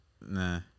Nah